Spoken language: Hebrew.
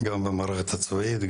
גם במערכת הצבאית,